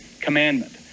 commandment